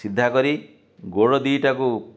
ସିଧା କରି ଗୋଡ଼ ଦୁଇଟାକୁ